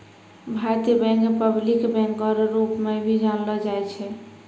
भारतीय bank public बैंको रो रूप मे भी जानलो जाय छै